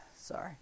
Sorry